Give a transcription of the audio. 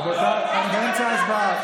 רבותיי, אנחנו באמצע הצבעה.